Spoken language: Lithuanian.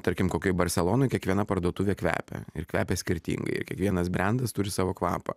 tarkim kokioj barselonoj kiekviena parduotuvė kvepia ir kvepia skirtingai kiekvienas brendas turi savo kvapą